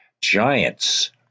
Giants